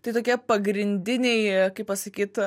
tai tokie pagrindiniai kaip pasakyt